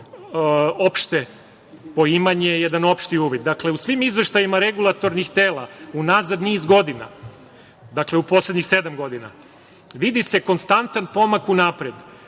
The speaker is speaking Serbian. opšte poimanje, jedan opšti uvid, dakle, u svim izveštajima regulatornih tela unazad niz godina, dakle, u poslednjih sedam godina, vidi se konstantan pomak unapred